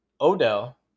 odell